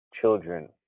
children